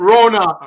Rona